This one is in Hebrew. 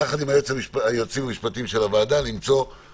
אני מבקש למצוא ביחד עם היועצים המשפטיים של הוועדה משהו שמחריג.